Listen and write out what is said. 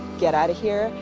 get out of here.